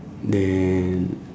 then